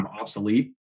obsolete